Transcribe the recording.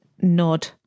nod